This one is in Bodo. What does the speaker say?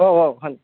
आव आव आ